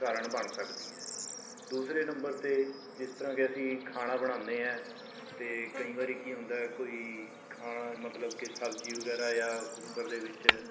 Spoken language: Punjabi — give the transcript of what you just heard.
ਕਾਰਨ ਬਣ ਸਕਦੀ ਹੈ ਦੂਸਰੇ ਨੰਬਰ 'ਤੇ ਜਿਸ ਤਰ੍ਹਾਂ ਕਿ ਅਸੀਂ ਖਾਣਾ ਬਣਾਉਂਦੇ ਹੈ ਅਤੇ ਕਈ ਵਾਰੀ ਕੀ ਹੁੰਦਾ ਹੈ ਕੋਈ ਖਾਣਾ ਮਤਲਬ ਕਿ ਸਬਜ਼ੀ ਵਗੈਰਾ ਜਾਂ ਕੁੱਕਰ ਦੇ ਵਿੱਚ